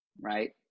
right